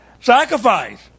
Sacrifice